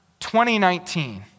2019